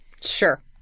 Sure